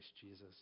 Jesus